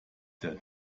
der